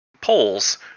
polls